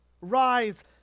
Rise